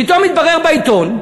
פתאום מתברר בעיתון,